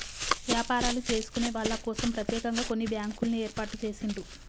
వ్యాపారాలు చేసుకునే వాళ్ళ కోసం ప్రత్యేకంగా కొన్ని బ్యాంకుల్ని ఏర్పాటు చేసిండ్రు